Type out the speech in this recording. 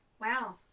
wow